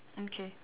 mm K